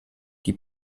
die